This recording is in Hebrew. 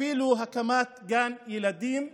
אפילו הקמת גן ילדים,